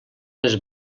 les